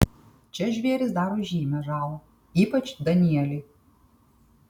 čia žvėrys daro žymią žalą ypač danieliai